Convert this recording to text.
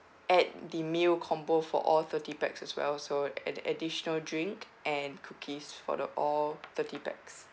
add the meal combo for all thirty pax as well so add additional drink and cookies for the all thirty pax